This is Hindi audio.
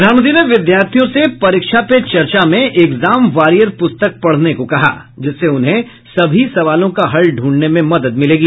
प्रधानमंत्री ने विद्यार्थियों से परीक्षा पे चर्चा एग्जाम वॉरियर प्रस्तक पढ़ने को कहा जिससे उन्हें सभी सवालों का हल ढूंढने में मदद मिलेगी